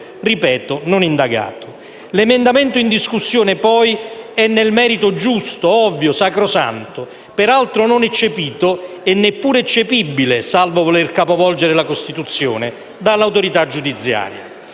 ripeto: non indagato. L'emendamento in discussione, poi, nel merito è giusto, ovvio, sacrosanto, peraltro non eccepito e neppure eccepibile - salvo voler capovolgere la Costituzione - dall'autorità giudiziaria.